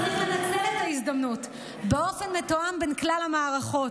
צריך לנצל את ההזדמנות באופן מתואם בין כלל המערכות.